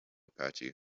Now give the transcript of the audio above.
patchy